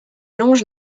longe